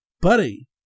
buddy